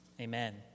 Amen